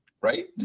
right